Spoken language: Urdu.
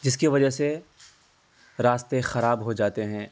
جس کی وجہ سے راستے خراب ہو جاتے ہیں